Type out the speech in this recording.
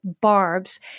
barbs